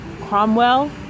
Cromwell